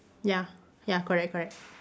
ya ya correct correct